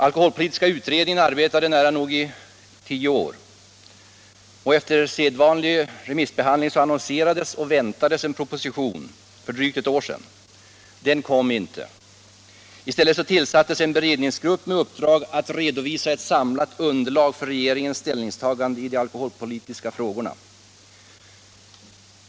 Alkoholpolitiska utredningen arbetade i nära nog tio år. Efter sedvanlig remissbehandling annonserades och väntades en proposition för drygt ett år sedan. Den kom inte. I stället tillsattes en beredningsgrupp med uppgift att ”redovisa ett samlat underlag för regeringens ställningstagande i de alkoholpolitiska frågorna”.